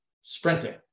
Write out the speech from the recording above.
sprinting